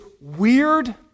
weird